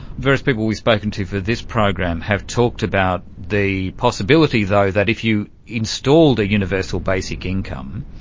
various people we've spoken to for this program have talked about the possibility though that if you installed a universal basic income,